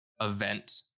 event